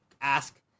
ask